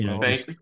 Thanks